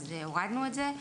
הורדנו את זה.